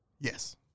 Yes